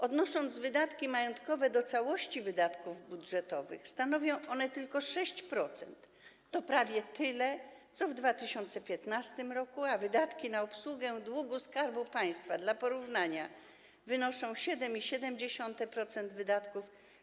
Odnosząc wydatki majątkowe do całości wydatków budżetowych, powiem, że stanowią one tylko 6% - to prawie tyle, co w 2015 r. - a wydatki na obsługę długu Skarbu Państwa dla porównania stanowią 7,7% wydatków.